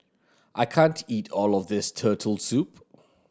I can't eat all of this Turtle Soup